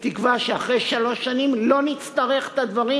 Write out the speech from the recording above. בתקווה שאחרי שלוש שנים לא נצטרך את הדברים